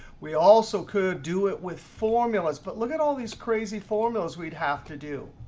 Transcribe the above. we also could do it with formulas. but look at all these crazy formulas we'd have to do.